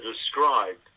described